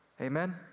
Amen